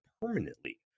permanently